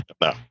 No